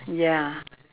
ya